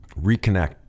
reconnect